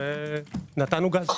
נתנו גז.